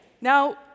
Now